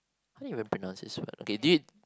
how do you even pronounce this word okay thi~